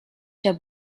der